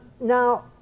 Now